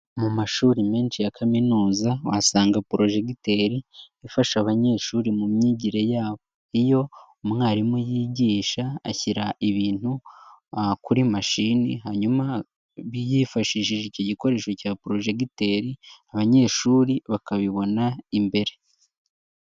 Mu mashuri menshi ya Kaminuza uhasanga porojegiteri, ifasha abanyeshuri mu myigire yabo, iyo umwarimu yigisha ashyira ibintu aha kuri mashini hanyuma yifashishije iki gikoresho cya projegiteri abanyeshuri bakabibona imbere.